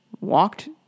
walked